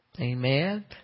Amen